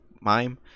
mime